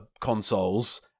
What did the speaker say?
consoles